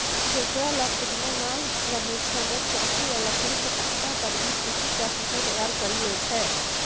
जेकरा लॅ पिटना नाय रहै छै वैं चौकी या लकड़ी के तख्ता पर भी पीटी क फसल तैयार करी लै छै